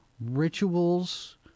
rituals